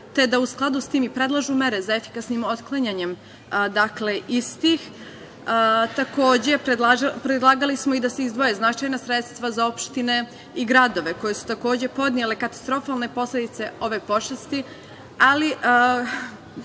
te da u skladu sa tim predlažu mere za efikasnim otklanjanjem istih. Takođe, predlagali smo da se izdvoje značajna sredstva za opštine i gradove koji su takođe podneli katastrofalne posledice ove pošasti, ali